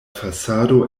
fasado